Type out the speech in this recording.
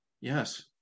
Yes